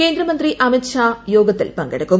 കേന്ദ്രമന്ത്രി അമിത് ഷാ യോഗത്തിൽ പങ്കെടുക്കും